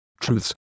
truths